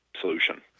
solution